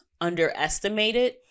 underestimated